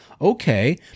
Okay